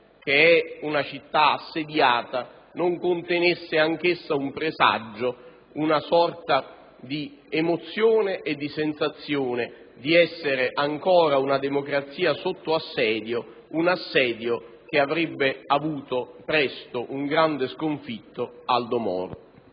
che è una città assediata, non contenesse anch'essa un presagio, una sorta di emozione e di sensazione nel descrivere una democrazia sotto assedio, un assedio che avrebbe avuto presto un grande sconfitto: Aldo Moro.